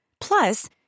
Plus